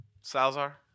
Salzar